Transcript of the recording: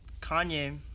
Kanye